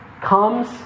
comes